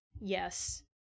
Yes